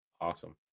awesome